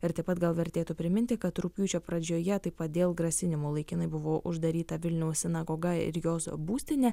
ir taip pat gal vertėtų priminti kad rugpjūčio pradžioje taip pat dėl grasinimų laikinai buvo uždaryta vilniaus sinagoga ir jos būstinė